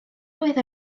roedd